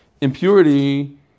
impurity